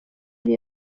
ari